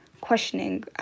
questioning